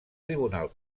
tribunal